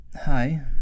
hi